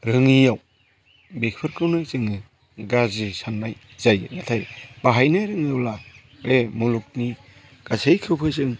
रोङियाव बेफोरखौनो जोङो गाज्रि साननाय जायो नाथाय बाहायनो रोङोब्ला बे मुलुगनि गासैखौबो जों